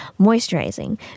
moisturizing